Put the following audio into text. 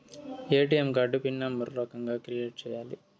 ATM card pin number ఏ రకంగా create సేయాలి